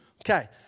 Okay